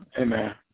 Amen